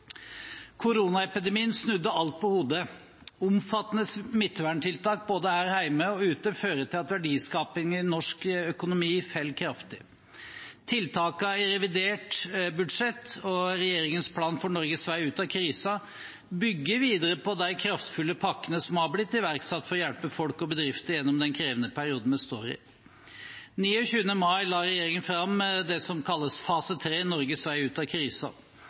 Koronaepidemien snudde alt på hodet. Omfattende smitteverntiltak, både her hjemme og ute, fører til at verdiskapingen i norsk økonomi faller kraftig. Tiltakene i revidert budsjett og regjeringens plan for Norges vei ut av krisen bygger videre på de kraftfulle pakkene som har blitt iverksatt for å hjelpe folk og bedrifter gjennom den krevende perioden vi står i. Den 29. mai la regjeringen fram det som kalles fase 3 – Norges vei ut av